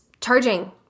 charging